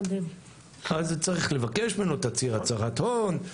אז צריך לבקש ממנו תצהיר הצהרת הון,